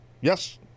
Yes